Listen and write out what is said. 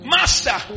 Master